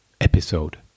episode